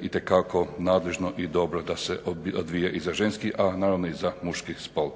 itekako nadležno i dobro da se odvija i za ženski, a naravno i za muški spol.